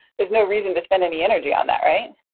there's no reason to spend any energy on that, right?